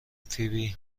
فیبی